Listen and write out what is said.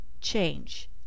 change